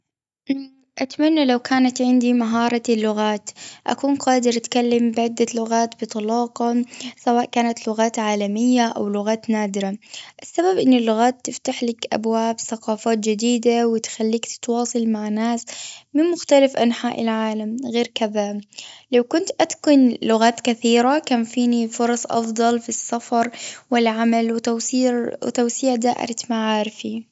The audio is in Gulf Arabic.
اه أتمنى لو كانت عندي مهارة اللغات. أكون قادر أتكلم بعدة لغات بطلاقة، سواء كانت لغات عالمية أو لغات نادرة. السبب إن اللغات تفتح لك أبواب ثقافات جديدة، وتخليك تتواصل مع ناس من مختلف أنحاء العالم. غير كذا لو كنت أتقن لغات كثيرة، كان فيني فرص أفضل في السفر والعمل، وتوسير- وتوسيع دائرة معارفي.